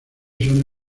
son